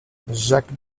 jacques